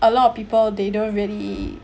a lot of people they don't really